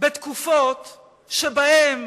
בתקופות שבהן